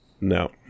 No